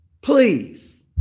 Please